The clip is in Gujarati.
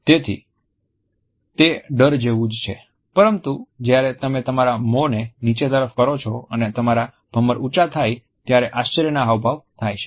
તેથી તે ડર જેવું જ છે પરંતુ જ્યારે તમે તમારા મોં ને નીચે તરફ કરો છો અને તમારા ભમર ઉચ્ચા થાય ત્યારે આશ્ચર્યના હાવભાવ થાય છે